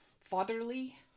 fatherly